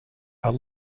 are